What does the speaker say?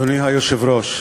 אדוני היושב-ראש,